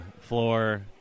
floor